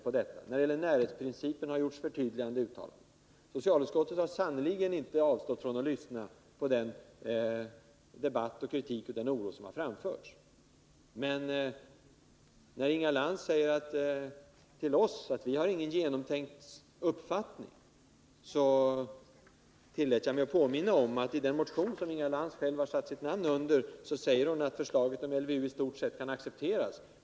I fråga om närhetsprincipen har gjorts förtydliganden. Socialutskottet har sannerligen inte avstått från att lyssna på debatten, på den kritik som har framförts och på den oro som har kommit till uttryck. När Inga Lantz sade att vi inte hade någon genomtänkt uppfattning, så tillät jag mig påminna henne om den motion som hon själv har satt sitt namn under. I den heter det att LVU i stort sett kan accepteras.